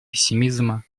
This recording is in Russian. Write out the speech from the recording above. пессимизма